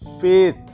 faith